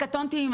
קטונתי,